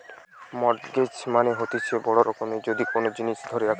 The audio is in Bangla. মর্টগেজ মানে হতিছে বড় রকমের যদি কোন জিনিস ধরে রাখে